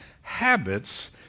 habits